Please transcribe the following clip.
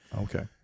Okay